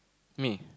me